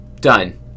done